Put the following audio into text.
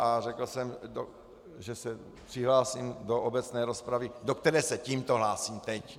A řekl jsem, že se přihlásím do obecné rozpravy, do které se tímto hlásím teď.